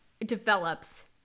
develops